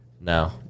no